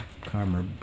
karma